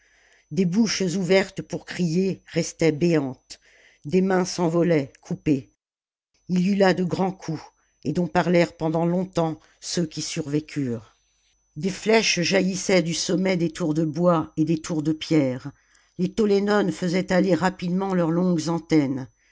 des bouches ouvertes pour crier restaient béantes des mains s'envolaient coupées il y eut là de grands coups et dont parlèrent pendant longtemps ceux qui survécurent des flèches jaillissaient du sommet des tours de bois et des tours de pierre les tollénones faisaient aller rapidement leurs longues antennes